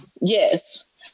yes